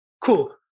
Cool